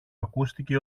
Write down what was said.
ακούστηκε